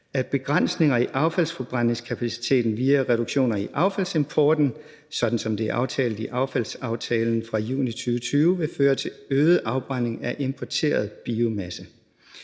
at begrænsninger i affaldsforbrændingskapaciteten via reduktioner i affaldsimporten, sådan som det er aftalt i affaldsaftalen fra juni 2020, vil føre til øget afbrænding af importeret biomasse.